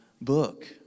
book